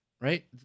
right